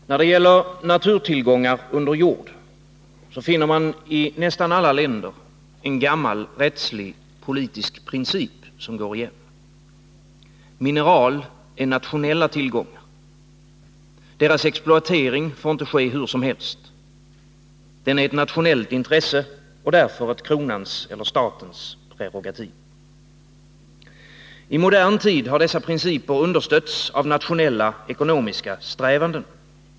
Herr talman! När det gäller naturtillgångar under jord finner man i nästan alla länder en gammal rättslig och politisk princip som går igen. Mineral är nationella tillgångar. Deras exploatering får inte ske hur som helst. Exploateringen är ett nationellt intresse och därför ett kronans eller statens prerogativ. I modern tid har dessa principer understötts av nationella ekonomiska strävanden.